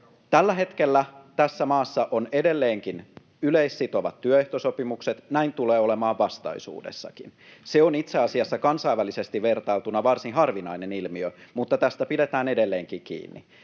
Tällä hetkellä tässä maassa on edelleenkin yleissitovat työehtosopimukset. Näin tulee olemaan vastaisuudessakin. Se on itse asiassa kansainvälisesti vertailtuna varsin harvinainen ilmiö, mutta tästä pidetään edelleenkin kiinni.